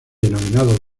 denominado